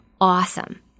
awesome